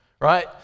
right